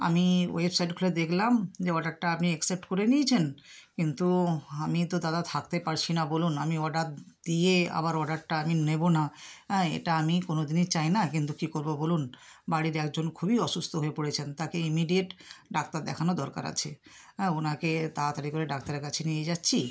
আমি ওয়েবসাইট খুলে দেখলাম যে অর্ডারটা আপনি অ্যাকসেপ্ট করে নিয়েছেন কিন্তু আমি তো দাদা থাকতে পারছি না বলুন আমি অর্ডার দিয়ে আবার অর্ডারটা আমি নেব না হ্যাঁ এটা আমি কোনো দিনই চাই না কিন্তু কী করব বলুন বাড়ির একজন খুবই অসুস্থ হয়ে পড়েছেন তাকে ইমিডিয়েট ডাক্তার দেখানো দরকার আছে হ্যাঁ ওনাকে তাতাড়ি করে ডাক্তারের কাছে নিয়ে যাচ্ছি